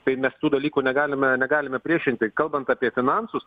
tai mes tų dalykų negalime negalime priešinti kalbant apie finansus